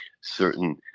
certain